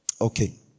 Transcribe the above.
Okay